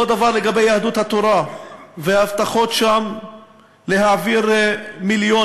אותו דבר לגבי יהדות התורה וההבטחות שם להעביר מיליונים,